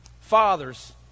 Fathers